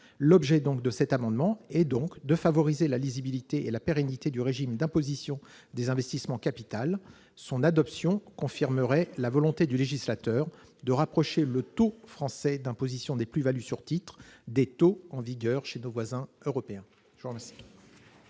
L'objet de cet amendement est donc de favoriser la lisibilité et la pérennité du régime d'imposition des investissements en capital. Son adoption confirmerait la volonté du législateur de rapprocher le taux français d'imposition des plus-values sur titres des taux en vigueur chez nos voisins européens.